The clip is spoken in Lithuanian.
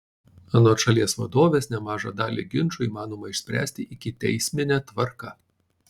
anot šalies vadovės nemažą dalį ginčų įmanoma išspręsti ikiteismine tvarka